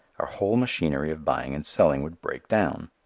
our whole machinery of buying and selling would break down.